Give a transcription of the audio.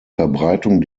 verbreitung